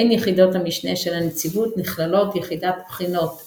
בין יחידות המשנה של הנציבות נכללות יחידת בחינות ומכרזים,